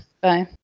Bye